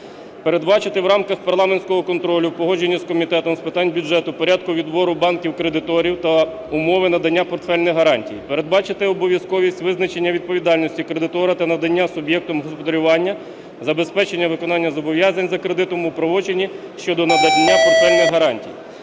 передбачити в рамках парламентського контролю, у погодженні з Комітетом з питань бюджету, порядку відбору банків-кредиторів та умови надання портфельних гарантій; передбачити обов’язковість визначення відповідальності кредитора та надання суб’єктом господарювання забезпечення виконання зобов’язань за кредитом у правочині щодо надання портфельних гарантій.